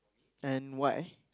and why